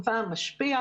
בתקופה של